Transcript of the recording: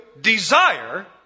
desire